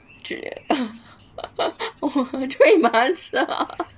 zhi three months